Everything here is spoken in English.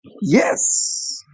yes